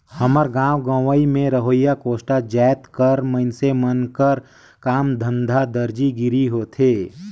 हमर गाँव गंवई में रहोइया कोस्टा जाएत कर मइनसे मन कर काम धंधा दरजी गिरी होथे